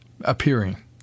appearing